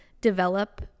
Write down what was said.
develop